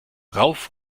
rauf